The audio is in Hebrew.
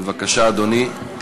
בבקשה, אדוני.